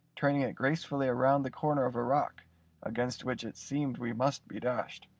turning it gracefully around the corner of a rock against which it seemed we must be dashed,